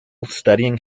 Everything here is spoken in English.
studying